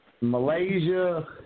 Malaysia